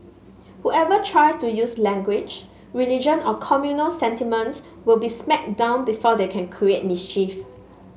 whoever tries to use language religion or communal sentiments will be smacked down before they can create mischief